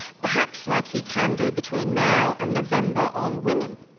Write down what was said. perhaps like he can do between now and november on women.